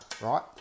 right